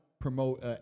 promote